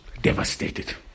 devastated